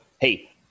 hey